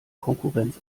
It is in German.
konkurrenz